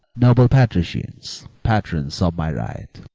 noble patricians, patrons of my right,